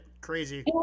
crazy